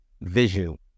vision